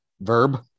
Verb